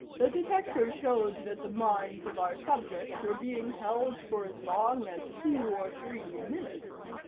the detector showed that the minds of our subjects were being held for as long as two or three minutes.